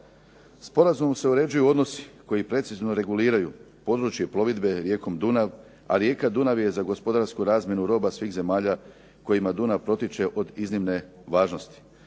Sporazumom se uređuju odnosi koji precizno reguliraju područje plovidbe rijekom Dunav, a rijeka Dunav je za gospodarsku razmjenu roba svih zemalja kojima Dunav protiče od iznimne važnosti.